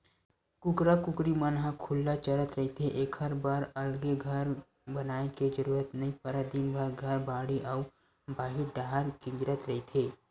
कुकरा कुकरी मन ह खुल्ला चरत रहिथे एखर बर अलगे घर बनाए के जरूरत नइ परय दिनभर घर, बाड़ी अउ बाहिर डाहर किंजरत रहिथे